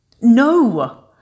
No